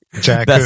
Jack